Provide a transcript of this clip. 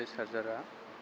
बे सार्जारा